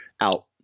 out